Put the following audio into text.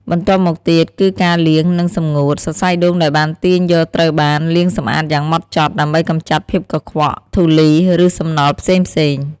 បន្ទាប់មកទៀត គឺការលាង និងសម្ងួត សរសៃដូងដែលបានទាញយកត្រូវបាន លាងសម្អាតយ៉ាងហ្មត់ចត់ ដើម្បីកម្ចាត់ភាពកខ្វក់ ធូលី ឬសំណល់ផ្សេងៗ។